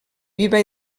viva